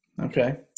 Okay